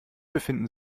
befinden